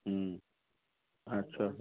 ଆଚ୍ଛା